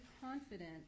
confident